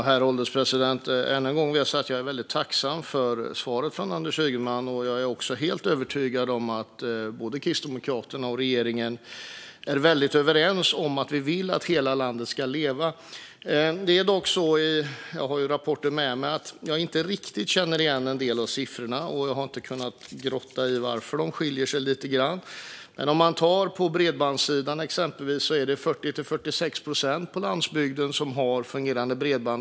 Herr ålderspresident! Jag vill än en gång säga att jag är tacksam för svaret från Anders Ygeman. Jag är också helt övertygad om att Kristdemokraterna och regeringen är överens om att vi vill att hela landet ska leva. Men jag har rapporten med mig här i kammaren, och jag känner inte riktigt igen en del av siffrorna. Jag har inte kunnat grotta i varför de skiljer sig åt lite grann. Men om man tittar på exempelvis bredbandssidan är det 40-46 procent på landsbygden som har fungerande bredband.